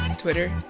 Twitter